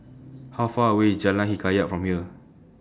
How Far away IS Jalan Hikayat from here